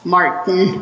Martin